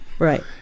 Right